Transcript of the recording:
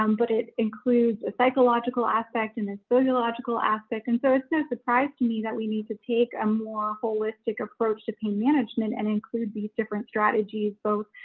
um but it includes a psychological aspect and the sociological aspect. and so it's no surprise to me that we need to take a more holistic approach to pain management management and include these different strategies, both,